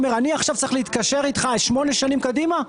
הוא אומר שאני עכשיו צריך להתקשר איתך שמונה שנים קדימה?